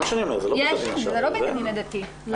זה לא בית הדין הרבני או בית הדין השרעי.